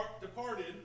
departed